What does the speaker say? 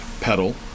pedal